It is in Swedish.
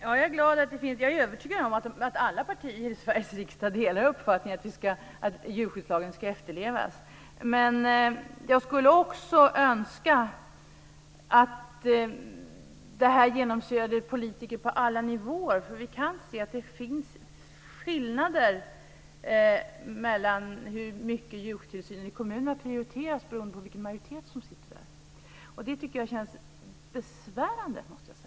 Fru talman! Jag är övertygad om att alla partier i Sveriges riksdag delar uppfattningen att djurskyddslagen ska efterlevas. Men jag önskar att detta också skulle genomsyra politiken på alla nivåer. Det finns skillnader mellan kommunerna när det gäller hur högt djurskyddet prioriteras. Det beror på vilken majoritet som styr, och det känns besvärande, måste jag säga.